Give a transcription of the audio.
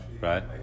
Right